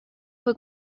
fue